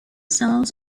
cells